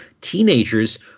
teenagers